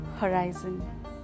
horizon